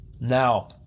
now